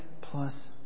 plus